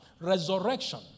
resurrection